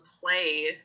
play